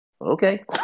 okay